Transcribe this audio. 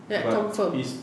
right confirm